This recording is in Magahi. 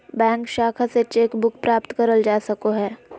बैंक शाखा से चेक बुक प्राप्त करल जा सको हय